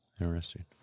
Interesting